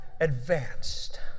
advanced